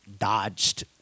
dodged